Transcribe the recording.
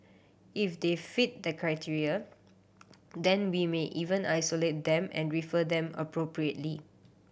if they fit that criteria then we may even isolate them and refer them appropriately